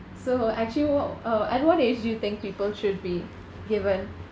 so actually wha~ uh at what age do you think people should be given